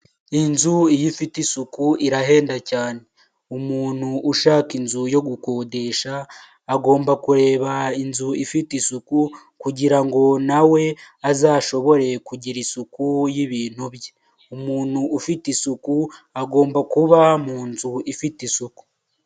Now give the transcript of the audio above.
Inzu iyo ifite isuku irahenda cyane, umuntu ushaka inzu yo gukodesha agomba kureba inzu ifite isuku, kugira ngo nawe azashobore kugira isuku y' ibintu bye, umuntu ufite isuku agomba kuba mu nzu ifite isuku.